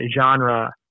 genre